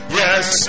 yes